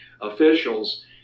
officials